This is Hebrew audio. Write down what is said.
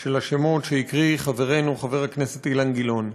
של השמות שהקריא חברנו חבר הכנסת אילן גילאון,